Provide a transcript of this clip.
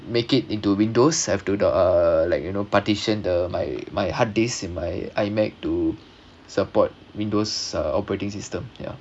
make it into windows have to the uh like you know partition the my my hard disk in my iMac to support windows uh operating system ya